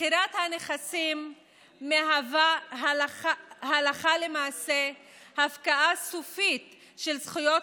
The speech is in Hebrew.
מכירת הנכסים מהווה הלכה למעשה הפקעה סופית של זכויות